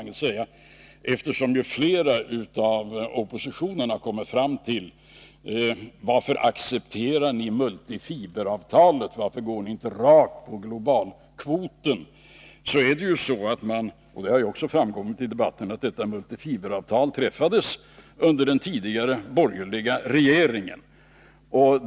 Eftersom flera av oppositionens deltagare i debatten har frågat varför vi accepterar multifiberavtalet, varför vi inte går rakt på globalkvoten, vill jag säga, vilket har framkommit i debatten, att detta multifiberavtal träffades under den tidigare borgerliga regeringen.